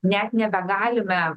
net nebegalime